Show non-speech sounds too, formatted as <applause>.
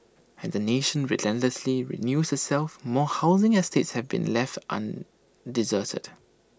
as the nation relentlessly renews itself more housing estates have been left <unintelligible> deserted